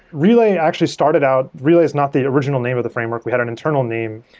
relay actually started out relay is not the original name of the framework. we had an internal name.